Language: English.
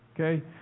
Okay